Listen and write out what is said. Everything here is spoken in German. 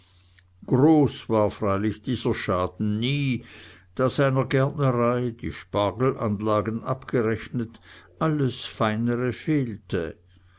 groß freilich war dieser schaden nie da seiner gärtnerei die spargelanlagen abgerechnet alles feinere fehlte